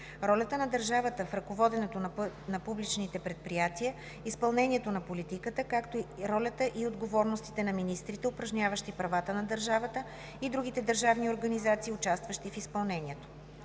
ролята на държавата в ръководенето на публичните предприятия, изпълнението на политиката, както и ролята и отговорностите на министрите, упражняващи правата на държавата и другите държавни организации, участващи в изпълнението.